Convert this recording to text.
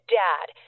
dad